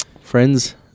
friends